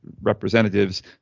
representatives